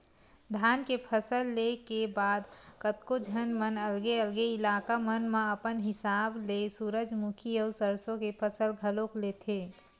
धान के फसल ले के बाद कतको झन मन अलगे अलगे इलाका मन म अपन हिसाब ले सूरजमुखी अउ सरसो के फसल घलोक लेथे